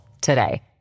today